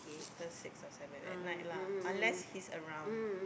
after six or seven at night lah unless he is around